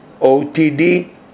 OTD